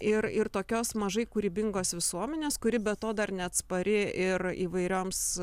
ir ir tokios mažai kūrybingos visuomenės kuri be to dar neatspari ir įvairioms